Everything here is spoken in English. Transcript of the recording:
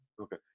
okay